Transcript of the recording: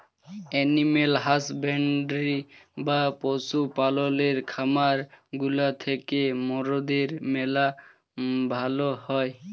animal husbandry বা পশু পাললের খামার গুলা থ্যাকে মরদের ম্যালা ভাল হ্যয়